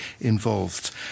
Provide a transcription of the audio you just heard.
involved